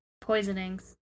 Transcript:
poisonings